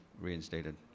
reinstated